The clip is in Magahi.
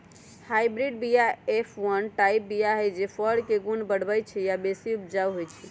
हाइब्रिड बीया एफ वन टाइप बीया हई जे फर के गुण बढ़बइ छइ आ बेशी उपजाउ होइ छइ